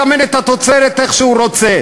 הולך לסמן את התוצרת איך שהוא רוצה.